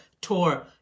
tour